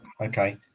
Okay